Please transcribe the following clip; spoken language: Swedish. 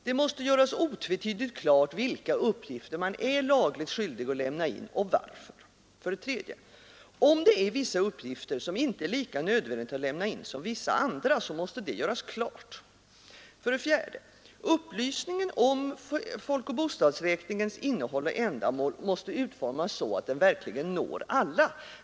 Det måste göras otvetydigt klart vilka uppgifter man är lagligt skyldig att lämna in, och varför. 3. Om det är vissa uppgifter som det inte är lika nödvändigt att lämna som andra uppgifter, så måste detta göras klart. mål måste utformas så att den verkligen når alla.